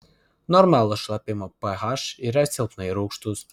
normalus šlapimo ph yra silpnai rūgštus